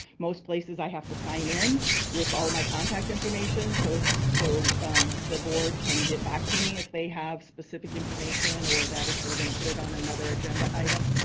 most places, i have to sign in with all my contact information so so so the board can get back to me if they have specific information or that if they're going to put it on another agenda item.